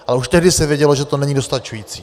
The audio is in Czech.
Ale už tehdy se vědělo, že to není dostačující.